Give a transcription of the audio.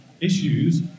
issues